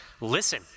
Listen